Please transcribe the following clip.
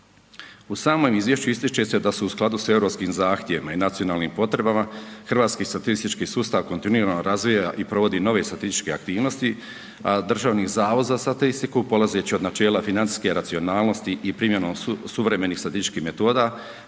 U samom izvješću ističe se da su u skladu sa europskim zahtjevima i nacionalnim potrebama, hrvatski statistički sustav kontinuirano razvoja i provodi nove statističke aktivnosti a Državni zavod za statistiku polazeći od načela financijske racionalnosti i primjenom suvremenih statističkih metoda